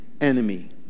enemy